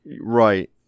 right